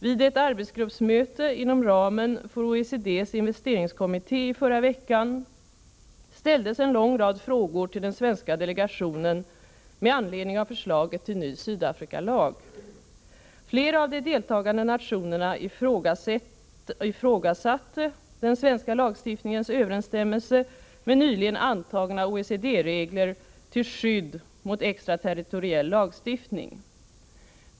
Vid ett arbetsgruppsmöte inom ramen för OECD:s investeringskommitté i förra veckan ställdes en lång rad frågor till den svenska delegationen med anledning av förslaget till ny Sydafrikalag. Flera av de deltagande nationerna ifrågasatte den svenska lagstiftningens överensstämmelse med nyligen antagna OECD-regler till skydd mot extraterritoriell lagstiftning.